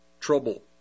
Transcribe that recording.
trouble